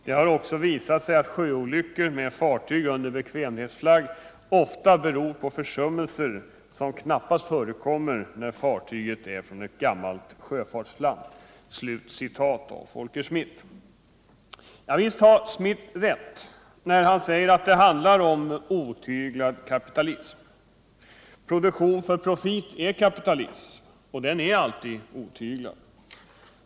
Det har också visat sig att sjöolyckor med fartyg under bekvämlighetsflagg ofta beror på försummelser som knappast förekommer när fartyget är från ett gammalt sjöfartsland.” Och visst har Schmidt rätt när han säger att det handlar om otyglad kapitalism. Produktion för profit är kapitalism, och den är alltid otyglad.